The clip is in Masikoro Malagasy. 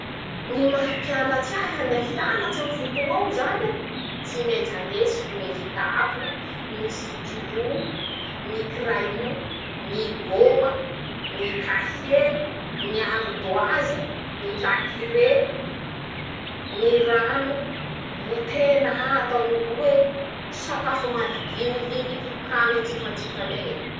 Ñy maha mpianatsy ahy: -Handeha hianats'aho aminy ñy fotoa eo zane, tsy mentsy handesiko ñy kitapo, ñy sitilo, ñy kiraio, ñy gôma, ñy kahie, ñy aridoaze, ñy lakire, ñy rano, goté na ataon'olo hoe sakafo maliniliniky hane antsefatsefaneñe.